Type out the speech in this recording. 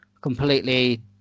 completely